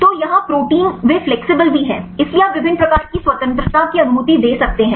तो यहाँ प्रोटीन वे फ्लेक्सिबल भी हैं इसलिए आप विभिन्न प्रकार की स्वतंत्रता की अनुमति दे सकते हैं